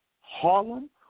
Harlem